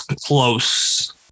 close